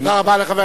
תודה.